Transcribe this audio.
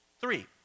Three